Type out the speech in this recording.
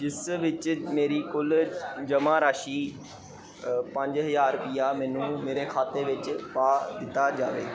ਜਿਸ ਵਿੱਚ ਮੇਰੀ ਕੁੱਲ ਜਮ੍ਹਾਂ ਰਾਸ਼ੀ ਪੰਜ ਹਜ਼ਾਰ ਰੁਪਈਆ ਮੈਨੂੰ ਮੇਰੇ ਖਾਤੇ ਵਿੱਚ ਪਾ ਦਿੱਤਾ ਜਾਵੇ